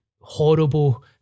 horrible